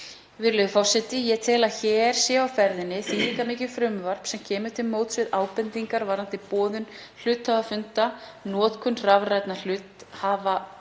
Virðulegur forseti. Ég tel að hér sé á ferðinni þýðingarmikið frumvarp sem kemur til móts við ábendingar varðandi boðun hluthafafunda, notkun rafrænna hluthafafunda,